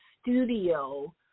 studio